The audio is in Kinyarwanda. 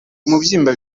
umubyimba